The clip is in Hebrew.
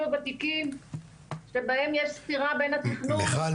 הוותיקים שבהם יש סתירה בין התכנון --- מיכל,